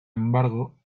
embargo